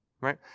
right